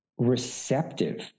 receptive